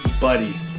buddy